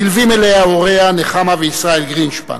נלווים אליה נחמה וישראל גרינשפן.